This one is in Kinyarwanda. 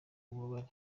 ububabare